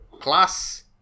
class